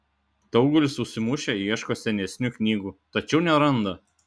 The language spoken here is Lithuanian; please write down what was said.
daugelis užsimušę ieško senesnių knygų tačiau neranda